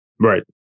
Right